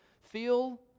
feel